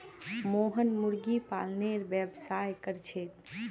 मोहन मुर्गी पालनेर व्यवसाय कर छेक